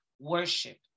worship